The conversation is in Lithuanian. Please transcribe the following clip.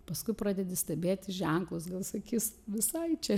paskui pradedi stebėti ženklus gal sakys visai čia